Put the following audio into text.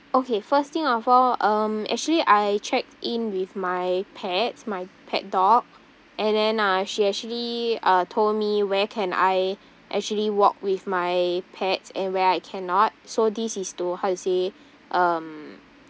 okay first thing of all um actually I checked in with my pets my pet dog and then uh she actually uh told me where can I actually walk with my pets and where I cannot so this is to how to say um